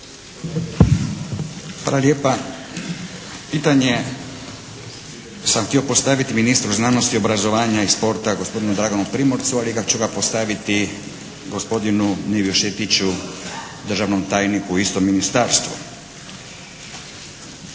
lijepa. Pitanje sam htio postaviti ministru znanosti, obrazovanja i sporta gospodinu Draganu Primorcu, ali ću ga postaviti gospodinu Neviu Šetiću, državnom tajniku u istom Ministarstvu.